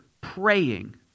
praying